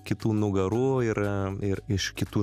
kitų nugarų ir ir iš kitų